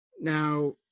Now